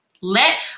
Let